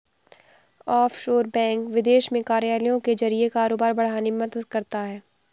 offshore bank विदेश में कार्यालयों के जरिए कारोबार बढ़ाने में मदद करता है